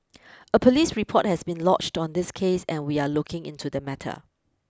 a police report has been lodged on this case and we are looking into the matter